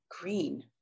Green